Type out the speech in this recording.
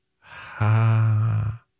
ha